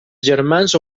germans